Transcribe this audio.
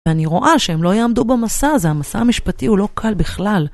ואני רואה שהם לא יעמדו במסע הזה, המסע המשפטי הוא לא קל בכלל.